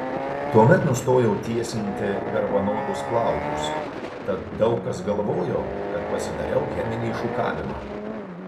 tuomet nustojau tiesinti garbanotus plaukus tad daug kas galvojo kad pasidariau cheminį šukavimą